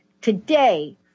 Today